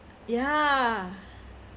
ya